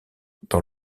dans